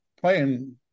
playing